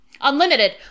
Unlimited